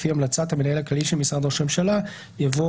לפי המלצת המנהל הכללי של משרד ראש הממשלה" יבוא